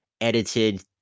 edited